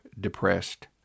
depressed